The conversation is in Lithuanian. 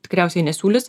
tikriausiai nesiūlys